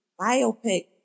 biopic